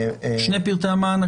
שני פרטי המען,